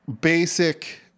basic